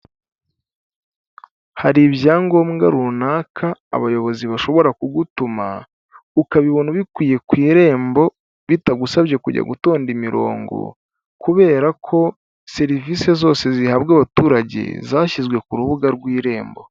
Hari ibyangombwa runaka abayobozi bashobora kugutuma ukabibona ubikwiye ku irembo bitagusabye kujya gutonda imirongo kubera ko serivisi zose zihabwa abaturage zashyizwe ku rubuga rw'irembo.